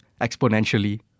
exponentially